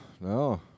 no